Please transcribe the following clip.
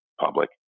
public